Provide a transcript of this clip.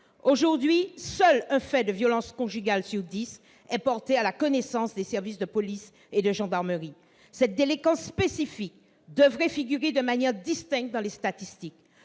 Aujourd'hui, seulement un fait de violence conjugale sur dix est porté à la connaissance des services de police et de gendarmerie. Cette délinquance spécifique devrait être comptabilisée de manière distincte dans les statistiques.